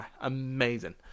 Amazing